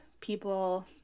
people